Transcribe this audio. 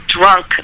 drunk